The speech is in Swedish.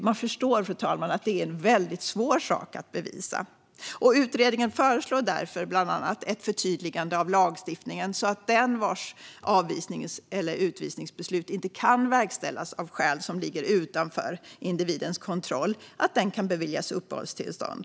Man förstår att det är en svår sak att bevisa, fru talman. Utredningen föreslår därför bland annat ett förtydligande av lagstiftningen, så att den vars avvisnings eller utvisningsbeslut inte kan verkställas av skäl som ligger utanför individens kontroll kan beviljas uppehållstillstånd.